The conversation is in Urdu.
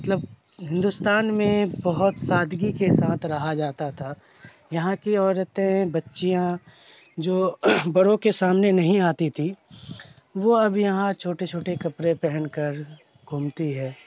مطلب ہندوستان میں بہت سادگی کے ساتھ رہا جاتا تھا یہاں کی عورتیں بچیاں جو بڑوں کے سامنے نہیں آتی تھیں وہ اب یہاں چھوٹے چھوٹے کپڑے پہن کر گھومتی ہے